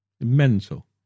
Mental